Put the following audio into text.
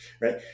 right